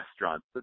restaurants